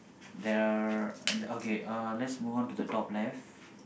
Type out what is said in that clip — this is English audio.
there are okay uh let's move on to the top left